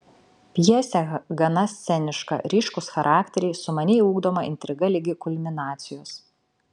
pjesė gana sceniška ryškūs charakteriai sumaniai ugdoma intriga ligi kulminacijos